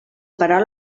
parar